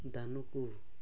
ଧାନକୁ